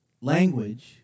language